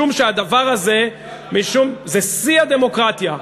משום שהדבר הזה, זה שיא הדמוקרטיה.